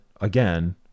again